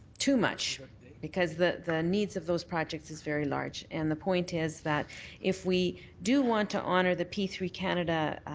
too much because the the needs of those projects is very large and the point is that if we do want to honour the perform three canada